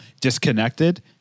disconnected